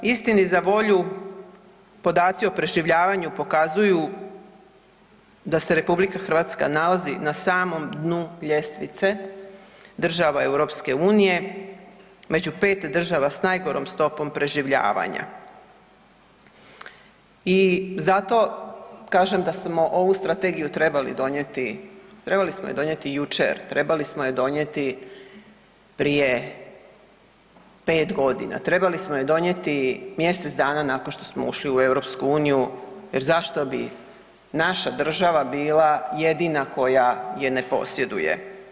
Istini za volju podaci o preživljavanju pokazuju da se RH nalazi na samom dnu ljestvice države EU, među 5 država s najgorom stopom preživljavanja i zato kažem da smo ovu strategiju trebali donijeti, trebali smo je donijeti jučer, trebali smo je donijeti prije 5 godina, trebali smo je donijeti mjesec dana nakon što smo ušli u EU jer zašto bi naša država bila jedina koja je ne posjeduje.